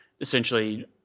essentially